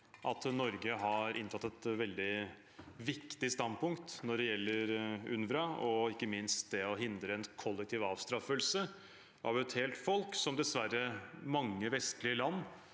at Norge har inntatt et veldig viktig standpunkt når det gjelder UNRWA, ikke minst når det gjelder å hindre en kollektiv avstraffelse av et helt folk, som mange vestlige land